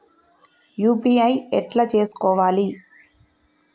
UPI ఎట్లా చేసుకోవాలి?